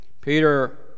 Peter